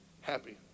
happy